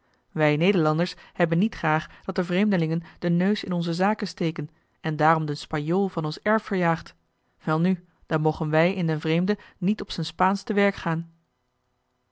wij nederlanders hebben niet graag dat de vreemdelingen den neus in onze zaken steken en daarom den spanjool van ons erf verjaagd welnu dan mogen wij in den vreemde niet op z'n spaansch te werk gaan